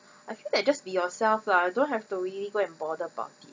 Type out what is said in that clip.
I feel like just be yourself lah don't have to really go and bother about it